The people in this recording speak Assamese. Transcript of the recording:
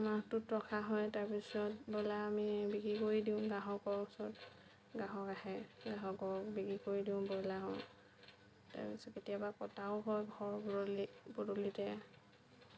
মাহটোত ৰখা হয় তাৰপিছত ব্ৰইলাৰ আমি বিক্ৰী কৰি দিওঁ গ্ৰাহকৰ ওচৰত গ্ৰাহক আহে গ্ৰাহকক বিক্ৰী কৰি দিওঁ ব্ৰইলাৰসমূহ তাৰপিছত কেতিয়াবা কটাও হয় ঘৰৰ পদুলিতে